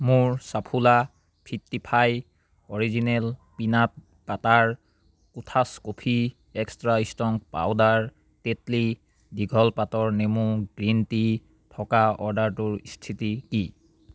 মোৰ Saffola Fittify original peanut butter Kothas coffee extra strong powder Tetley দীঘল পাতৰ নেমু গ্ৰীণ টি থকা অৰ্ডাৰটোৰ স্থিতি কি